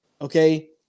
Okay